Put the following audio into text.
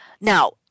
Now